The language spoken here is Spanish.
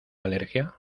alergia